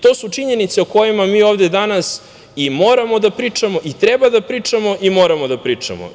To su činjenice o kojima mi ovde danas i moramo da pričamo, i treba da pričamo, i moramo da pričamo.